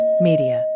Media